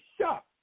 shocked